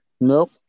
Nope